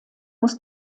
muss